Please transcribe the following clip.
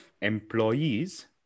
employees